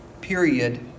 period